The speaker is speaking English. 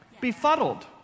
Befuddled